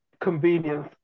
convenience